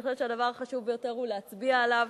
אני חושבת שהדבר החשוב ביותר הוא להצביע עליו,